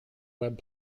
web